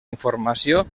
informació